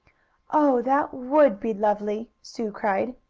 oh, that would be lovely! sue cried.